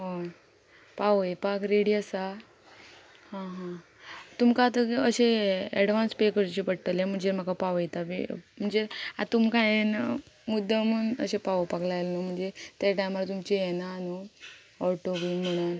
हय पावयपाक रेडी आसा हां हां तुमकां आतां अशे एडवान्स पे करचे पडटले म्हणजे म्हाका पावयता बी म्हणजे आतां तुमकां हे मुद्दम बी पावोपाक लायलें न्हू म्हणजे त्या टायमार तुमचे येना न्हू ऑटो बी म्हणून